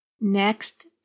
Next